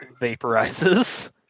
vaporizes